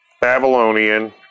Babylonian